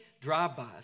drive-bys